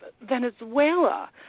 Venezuela